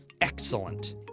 Excellent